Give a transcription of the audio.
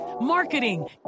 marketing